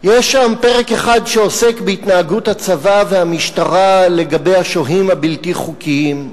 יש שם פרק אחד שעוסק בהתנהגות הצבא והמשטרה לגבי השוהים הבלתי-חוקיים.